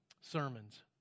sermons